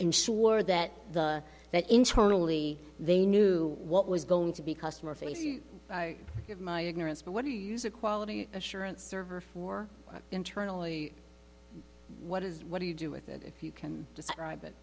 ensure that that internally they knew what was going to be customer facing my ignorance but what do you use a quality assurance server for internally what is what do you do with it if you can describe it